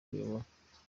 kuyobora